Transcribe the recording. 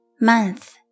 month